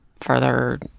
further